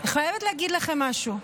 אני חייבת להגיד לכם משהו: